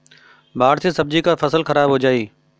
बाढ़ से सब्जी क फसल खराब हो जाई